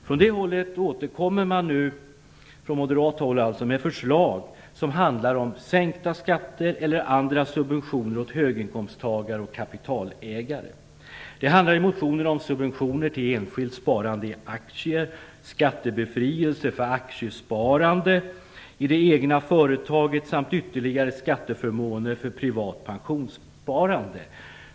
Från moderat håll återkommer man nu med förslag som handlar som sänkta skatter eller andra subventioner åt höginkomsttagare och kapitalägare. Det handlar i motionen om subventioner till enskilt sparande i aktier, skattebefrielse för aktiesparande i det egna företaget samt ytterligare skatteförmåner för privat pensionssparande.